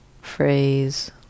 phrase